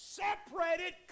separated